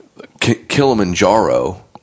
Kilimanjaro